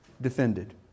defended